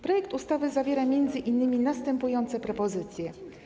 Projekt ustawy zawiera m.in. następujące propozycje.